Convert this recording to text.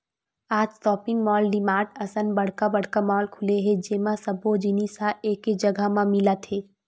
आज shopping mall, DMart असन बड़का बड़का मॉल खुले हे जेमा सब्बो जिनिस ह एके जघा म मिलत हे